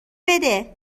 بده